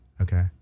Okay